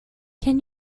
can